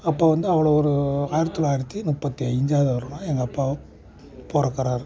அப்போ வந்து அவ்வளோ ஒரு ஆயிரத்து தொள்ளாயிரத்து முப்பத்து ஐஞ்சாவது வருடம் எங்கள் அப்பா பிறக்குறாரு